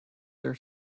their